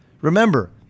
remember